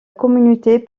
communauté